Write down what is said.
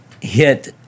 hit